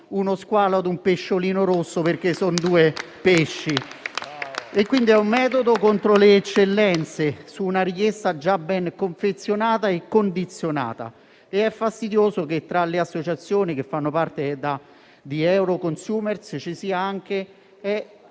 uno squalo a un pesciolino rosso perché sono due pesci. È quindi un metodo contro le eccellenze, su una richiesta già ben confezionata e condizionata, ed è fastidioso che, tra le associazioni che fanno parte di Euroconsumers, ci sia anche